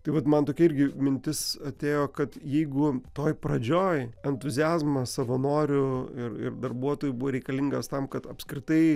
tai vat man tokia irgi mintis atėjo kad jeigu toj pradžioj entuziazmas savanorių ir ir darbuotojų buvo reikalingas tam kad apskritai